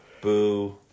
Boo